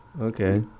Okay